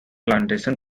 plantation